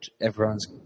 everyone's